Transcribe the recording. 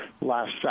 last